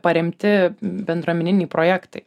paremti bendruomeniniai projektai